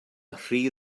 rhy